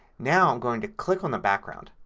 now i'm going to click on the background.